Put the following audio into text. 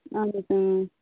اَہَن حظ